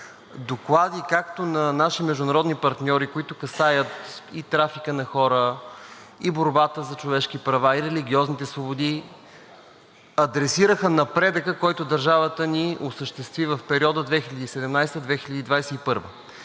доклади както на наши международни партньори, които касаят и трафика на хора, и борбата за човешки права, и религиозните свободи, адресираха напредъка, който държавата ни осъществи в периода 2017 – 2021